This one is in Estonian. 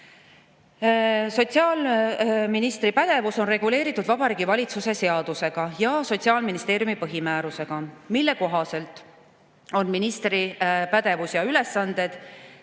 Sotsiaalministri pädevus on reguleeritud Vabariigi Valitsuse seadusega ja Sotsiaalministeeriumi põhimäärusega, mille kohaselt on ministri pädevuses ja tema